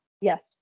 Yes